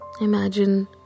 Imagine